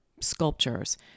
sculptures